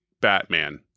Batman